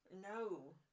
No